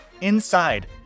Inside